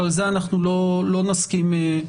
את זה לא נסכים לקבל,